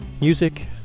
Music